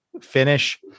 finish